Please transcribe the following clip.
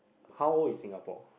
how old is Singapore